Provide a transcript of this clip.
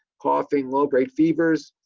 coughing, low-grade fevers.